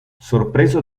sorpreso